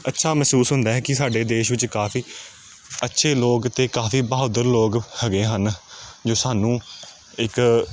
ਅੱਛਾ ਮਹਿਸੂਸ ਹੁੰਦਾ ਹੈ ਕਿ ਸਾਡੇ ਦੇਸ਼ ਵਿੱਚ ਕਾਫੀ ਅੱਛੇ ਲੋਕ ਅਤੇ ਕਾਫੀ ਬਹਾਦਰ ਲੋਕ ਹੈਗੇ ਹਨ ਜੋ ਸਾਨੂੰ ਇੱਕ